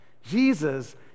Jesus